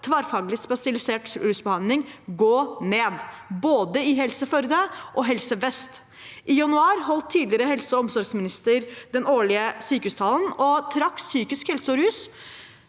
tverrfaglig spesialisert rusbehandling gå ned i både Helse Førde og Helse vest. I januar holdt tidligere helse- og omsorgsminister Kjerkol den årlige sykehustalen og trakk fram psykisk helse og rus